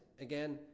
again